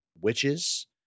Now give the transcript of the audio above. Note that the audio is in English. witches